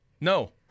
no